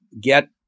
get